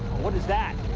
what is that?